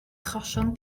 achosion